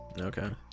Okay